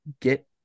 get